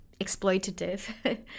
exploitative